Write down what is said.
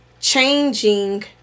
changing